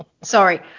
Sorry